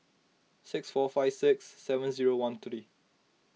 six four five six seven zero one three